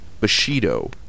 Bushido